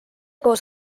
koos